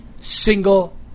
single